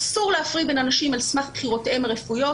אסור להפריד בין אנשים על סמך בחירותיהם הרפואיות.